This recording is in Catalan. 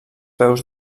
peus